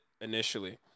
initially